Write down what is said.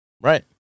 Right